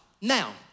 Now